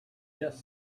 just